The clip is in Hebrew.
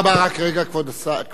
רק רגע, כבוד השר.